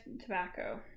tobacco